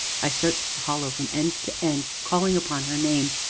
i searched the hollow from end to end, calling upon her name,